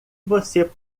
você